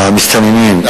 המסתננים,